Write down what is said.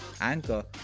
Anchor